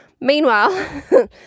Meanwhile